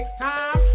time